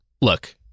Look